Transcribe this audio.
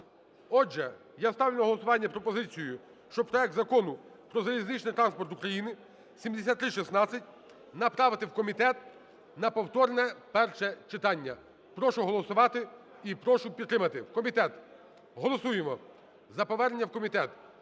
Отже, я ставлю на голосування пропозицію, що проект Закону про залізничний транспорт України (7316) направити в комітет на повторне перше читання. Прошу голосувати і прошу підтримати. В комітет! Голосуємо за повернення в комітет.